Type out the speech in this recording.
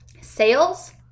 Sales